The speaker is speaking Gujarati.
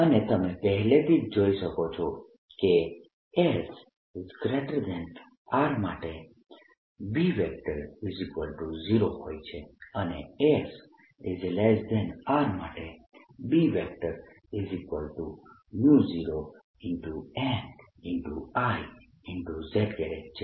અને તમે પહેલેથી જ જોઈ શકો છો કે sR માટે B0 હોય છે અને sR માટે B0nIz છે